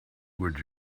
would